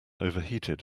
overheated